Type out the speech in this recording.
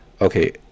okay